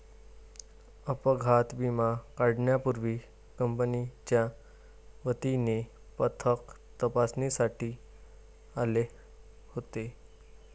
अपघात विमा काढण्यापूर्वी कंपनीच्या वतीने पथक तपासणीसाठी आले होते